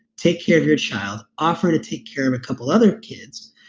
take care of your child offer to take care of a couple other kids.